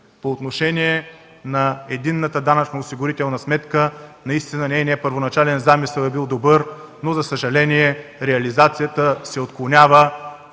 По отношение на единната данъчно-осигурителна сметка – наистина нейният първоначален замисъл е бил добър, но за съжаление реализацията се отклонява